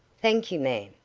thank you ma'am,